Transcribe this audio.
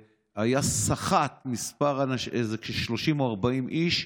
שסחט 30 או 40 איש,